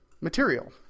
material